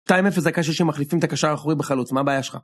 2-0 דקה 60 מחליפים את הקשר האחורי בחלוץ, מה הבעיה שלך?